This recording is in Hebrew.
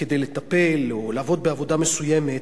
כדי לטפל או לעבוד בעבודה מסוימת,